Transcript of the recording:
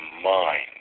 mind